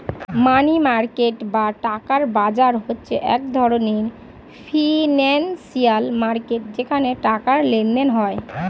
মানি market বা টাকার বাজার হচ্ছে এক ধরণের ফিনান্সিয়াল মার্কেট যেখানে টাকার লেনদেন হয়